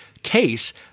case